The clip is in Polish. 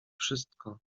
wszystko